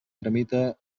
tramita